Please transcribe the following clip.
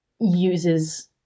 uses